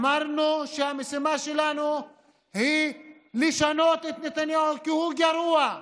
אמרנו שהמשימה שלנו היא להחליף את נתניהו כי הוא גרוע,